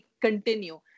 continue